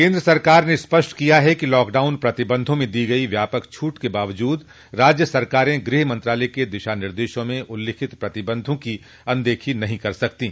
केन्द्र सरकार ने स्पष्ट किया है कि लॉकडाउन प्रतिबंधों में दी गई व्यापक छूट के बावजूद राज्य सरकारें गृह मंत्रालय के दिशा निर्देशों में उल्लिखित प्रतिबंधों की अनदेखी नहीं कर सकतीं